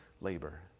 labor